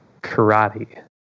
karate